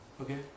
Okay